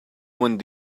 one